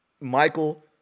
Michael